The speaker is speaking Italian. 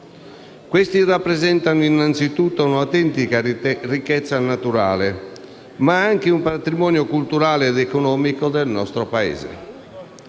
Questi rappresentano, innanzitutto, un'autentica ricchezza naturale ma anche un patrimonio culturale ed economico del nostro Paese.